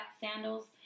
sandals